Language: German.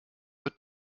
wird